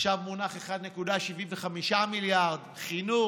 עכשיו מונחים 1.75 מיליארד, חינוך,